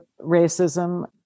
racism